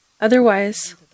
Otherwise